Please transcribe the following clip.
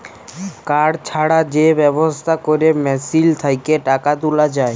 card ছাড়া যে ব্যবস্থা ক্যরে মেশিল থ্যাকে টাকা তুলা যায়